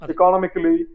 Economically